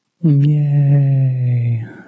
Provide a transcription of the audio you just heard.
Yay